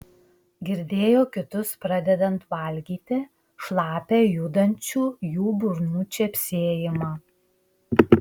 girdėjo kitus pradedant valgyti šlapią judančių jų burnų čepsėjimą